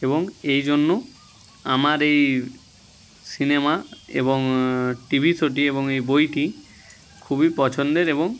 এবং এই জন্য আমার এই সিনেমা এবং টিভি শোটি এবং এই বইটি খুবই পছন্দের এবং